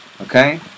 okay